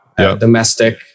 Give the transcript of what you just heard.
domestic